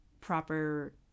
proper